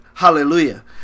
Hallelujah